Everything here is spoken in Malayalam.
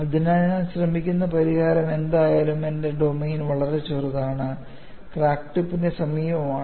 അതിനാൽ ഞാൻ ശ്രമിക്കുന്ന പരിഹാരം എന്തായാലും എന്റെ ഡൊമെയ്ൻ വളരെ ചെറുതാണെങ്കിൽ ക്രാക്ക് ടിപ്പിന് സമീപമാണ്